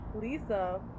Lisa